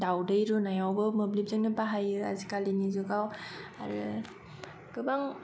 दावदै रुनायावबो मोबलिबजोंनो बाहायो आजिखालिनि जुगा गोबां